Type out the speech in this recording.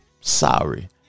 sorry